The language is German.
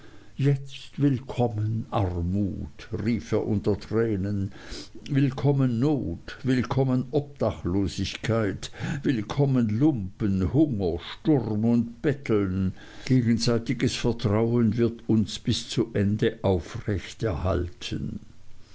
jetzt willkommen armut rief er unter tränen willkommen not willkommen obdachlosigkeit willkommen lumpen hunger sturm und betteln gegenseitiges vertrauen wird uns bis zu ende aufrecht erhalten